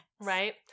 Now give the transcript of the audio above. right